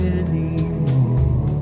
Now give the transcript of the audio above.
anymore